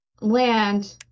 land